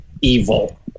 evil